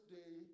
day